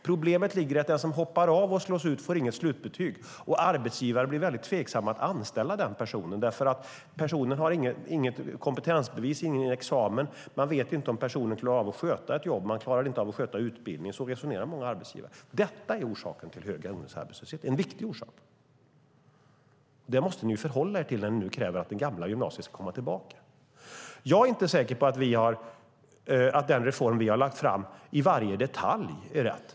Problemet ligger i att den som hoppas av och slås ut inte får något slutbetyg. Arbetsgivare blir väldigt tveksamma att anställa den personen. Personen har inget kompetensbevis och ingen examen. Man vet inte om personen klarar av att sköta ett jobb. Den klarade inte av att sköta utbildningen. Så resonerar många arbetsgivare. Detta är en viktig orsak till den höga ungdomsarbetslösheten. Det måste ni förhålla er till när ni nu kräver att det gamla gymnasiet ska komma tillbaka. Jag är inte säker på att den reform vi har lagt fram i varje detalj är rätt.